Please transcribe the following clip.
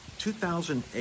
2008